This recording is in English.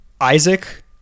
Isaac